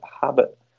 habit